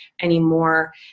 anymore